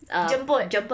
jemput